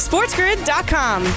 SportsGrid.com